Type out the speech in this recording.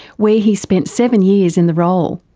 where he spent seven years in the role.